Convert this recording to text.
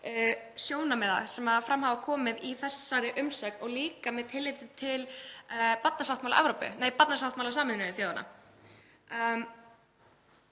sjónarmiða sem fram hafa komið í þessari umsögn og líka með tilliti til barnasáttmála Sameinuðu þjóðanna.